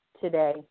today